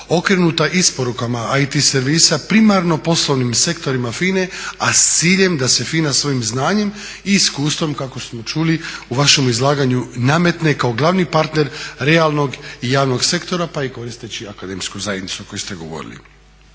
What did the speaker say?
okrenuta isporukama IT servisa primarno poslovnim sektorima FINA-e a s ciljem da se FINA svojim znanjem i iskustvom kako smo čuli u vašem izlaganju nametne kao glavni partner realnog i javnog sektora pa i koristeći akademsku zajednicu o kojoj ste govorili.